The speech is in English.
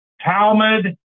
Talmud